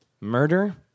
Murder